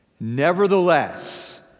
Nevertheless